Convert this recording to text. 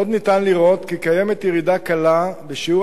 עוד ניתן לראות כי קיימת ירידה קלה בשיעור